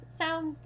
sound